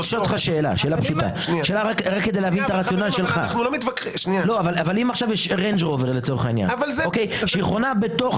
שאלה כדי להבין את הרציונל שלך: אם יש ריינג' רובר שחונה בתוך